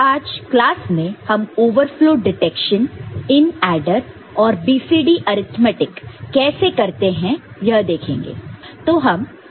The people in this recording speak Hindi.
आज क्लास में हम ओवरफ्लो डिटेक्शन इन एडर और BCD अर्थमैटिक arithmetic कैसे करते हैं यह देखेंगे